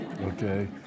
Okay